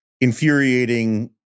infuriating